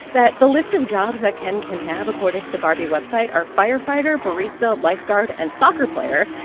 that the list of jobs that ken can have, according to the barbie website, are firefighter, barista, lifeguard and soccer player.